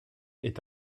est